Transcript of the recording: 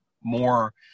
more